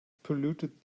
polluted